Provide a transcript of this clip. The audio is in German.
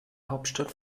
hauptstadt